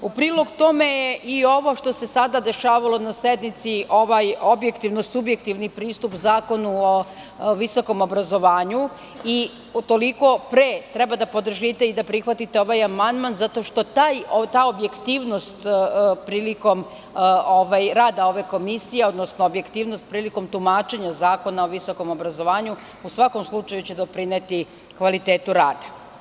U prilog tome je i ovo što se sada dešavalo na sednici, ovaj objektivno-subjektivni pristup Zakonu o visokom obrazovanju i toliko pre treba da podržite i prihvatite ovaj amandman, zato što ta objektivnost prilikom rada ove komisije, odnosno objektivnost prilikom tumačenja Zakona o visokom obrazovanju, u svakom slučaju će doprineti kvalitetu rada.